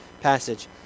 passage